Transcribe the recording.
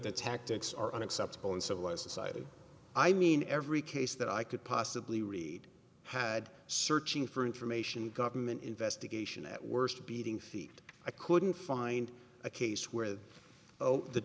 the tactics are unacceptable and civilized society i mean every case that i could possibly read had searching for information government investigation at worst beating feet i couldn't find a case where oh the